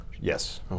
Yes